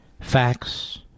facts